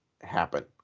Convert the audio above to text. happen